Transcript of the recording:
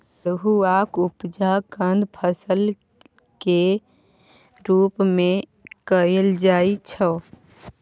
अल्हुआक उपजा कंद फसल केर रूप मे कएल जाइ छै